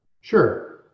Sure